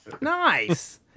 Nice